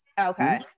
Okay